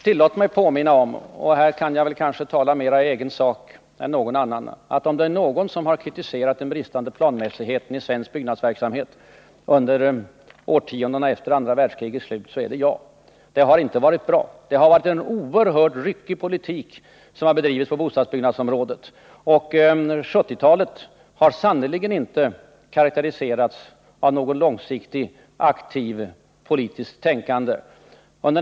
Tillåt mig påminna om — och här kan jag kanske tala mer i egen sak än någon annan — att om det är någon som har kritiserat den bristande planmässigheten i svensk byggnadsverksamhet under årtiondena efter andra världskrigets slut så är det jag. Det har inte varit bra. Det har bedrivits en oerhört ryckig politik på bostadsbyggnadsområdet, och 1970-talet har sannerligen inte karakteriserats av något långsiktigt, aktivt politiskt tänkande.